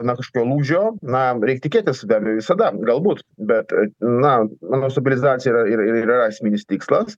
na kažkokio lūžio na reik tikėtis dar be abejo visada galbūt bet na manau stabilizacija yra ir ir yra esminis tikslas